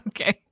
Okay